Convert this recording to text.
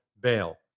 bail